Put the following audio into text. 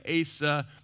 Asa